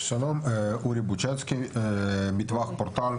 שלום, אני הבעלים של מטווח פורטל.